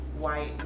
white